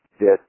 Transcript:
Yes